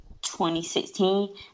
2016